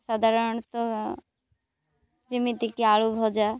ସାଧାରଣତଃ ଯେମିତିକି ଆଳୁ ଭଜା